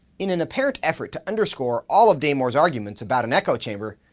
in an apparent effort to underscore all of damore's arguments about an echo chamber,